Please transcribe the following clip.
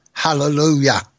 Hallelujah